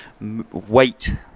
weight